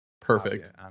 perfect